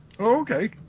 Okay